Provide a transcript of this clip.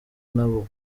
nabo